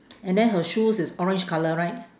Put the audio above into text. and then her shoes is orange colour right